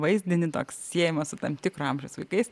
vaizdinį toks siejama su tam tikro amžiaus vaikais